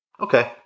Okay